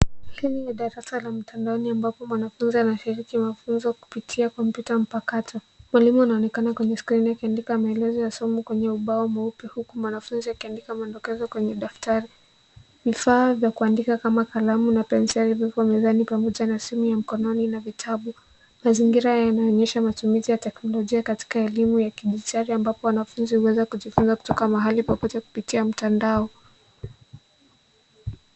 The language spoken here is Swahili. Hili darasa ya mtandaoni ambapo mwanafunzi anashiriki mafunzo kupitia kompyuta mpakato. Mwalimu anaonekana kwenye skrini akiandika maelezo ya somo kwenye ubao mweupe huku mwanafunzi akiandika madokezo kwenye daftari. Vifaa vya kuandika kama kalamu na penseli viko mezani pamoja na simu ya mkononi na vitabu. Mazingira yanaonyesha matumizi ya teknolojia kama elimu ya kidijitali ambapo wanafunzi wanaweza kujifunza kutoka mahali pamoja kupitia mtandao.